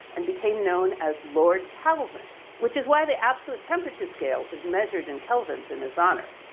and became known as lord kelvin, which is why the absolute temperature scale is measured in kelvins in his honor.